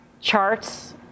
charts